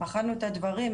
בחנו את הדברים,